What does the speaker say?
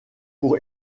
pour